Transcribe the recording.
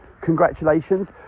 Congratulations